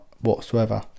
whatsoever